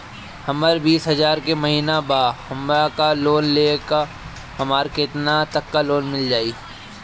हमर बिस हजार के महिना बा हमरा के लोन लेबे के बा हमरा केतना तक लोन मिल जाई?